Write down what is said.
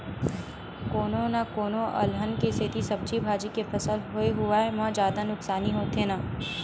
कोनो न कोनो अलहन के सेती सब्जी भाजी के फसल होए हुवाए म जादा नुकसानी होथे न